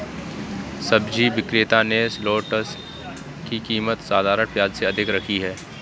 सब्जी विक्रेता ने शलोट्स की कीमत साधारण प्याज से अधिक रखी है